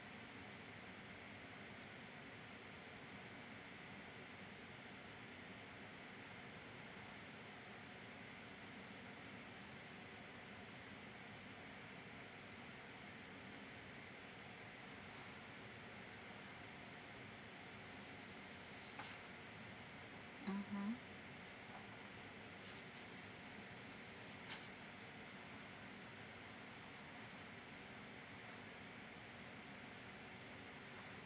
mmhmm